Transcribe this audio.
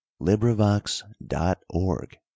LibriVox.org